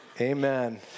Amen